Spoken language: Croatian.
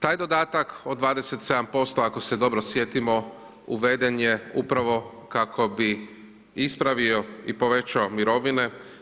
Taj dodatak od 27%, ako se dobro sjetimo uveden je upravo kako bi ispravio i povećao mirovine.